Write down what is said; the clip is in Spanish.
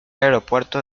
aeropuerto